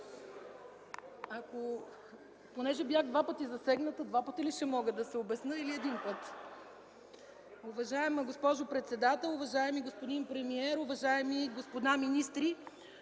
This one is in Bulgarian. (ГЕРБ): Понеже бях два пъти засегната, два пъти ли ще мога да се обясня или един път? (Смях в ГЕРБ.) Уважаема госпожо председател, уважаеми господин премиер, уважаеми господа министри!